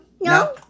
No